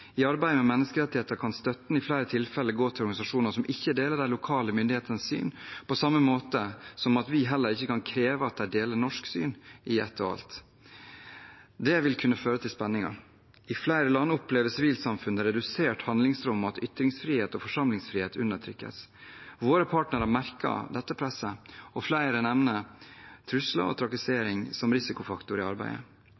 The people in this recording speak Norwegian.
I arbeidet med menneskerettigheter kan støtten i flere tilfeller gå til organisasjoner som ikke deler de lokale myndighetenes syn, på samme måte som vi heller ikke kan kreve at de deler norsk syn i ett og alt. Det vil kunne føre til spenninger. I flere land opplever sivilsamfunnet redusert handlingsrom, og at ytringsfrihet og forsamlingsfrihet undertrykkes. Våre partnere merker dette presset, og flere nevner trusler og